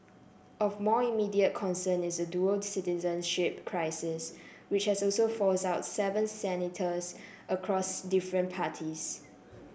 of more immediate concern is the dual citizenship crisis which has also force out seven senators across different parties